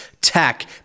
tech